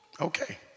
Okay